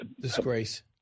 Disgrace